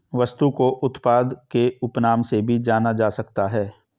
वस्तु को उत्पाद के उपनाम से भी जाना जा सकता है